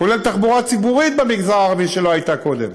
כולל תחבורה ציבורית במגזר הערבי שלא הייתה קודם,